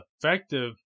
effective